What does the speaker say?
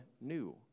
new